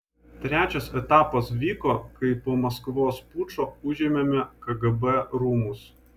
trečias etapas vyko kai po maskvos pučo užėmėme kgb rūmus